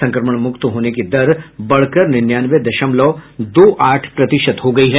संक्रमणमुक्त होने की दर बढ़कर निन्यानवे दशमलव दो आठ प्रतिशत हो गई है